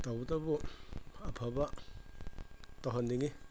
ꯇꯧꯕꯇꯕꯨ ꯑꯐꯕ ꯇꯧꯍꯟꯅꯤꯡꯉꯤ